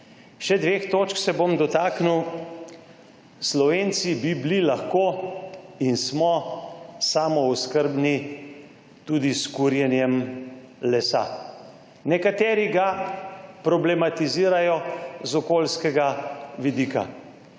Še dveh točk se bom dotaknil. Slovenci bi bili lahko in smo samooskrbni tudi s kurjenjem lesa. Nekateri ga problematizirajo z okoljskega vidika.